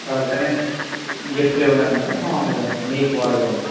ఎవరికన్న gift ఇవ్వడానికా మామూలుగా మీకు వాడుకోవడానికా